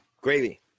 Gravy